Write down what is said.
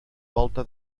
volta